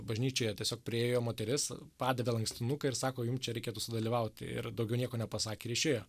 bažnyčioje tiesiog priėjo moteris padavė lankstinuką ir sako jum čia reikėtų sudalyvauti ir daugiau nieko nepasakė ir išėjo